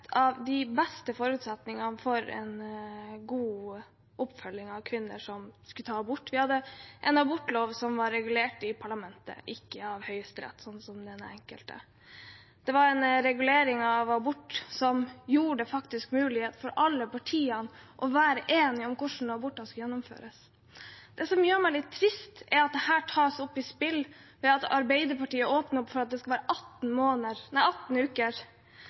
de beste forutsetningene for en god oppfølging av kvinner som skulle ta abort. Vi hadde en abortlov som var regulert i parlamentet, ikke av Høyesterett, sånn som det er enkelte steder. Det var en regulering av abort som gjorde det mulig for alle partiene å være enige om når abortene skulle gjennomføres. Det som gjør meg litt trist, er at dette tas opp i et spill ved at Arbeiderpartiet åpner for at man skal kunne ta abort inntil uke 18. Hvorfor de ønsker å gjøre det,